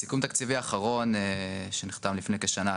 בסיכום התקציבי האחרון שנחתם לפני כשנה,